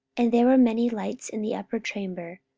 and there were many lights in the upper chamber,